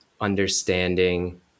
understanding